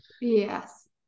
Yes